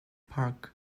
park